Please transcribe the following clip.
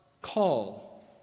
call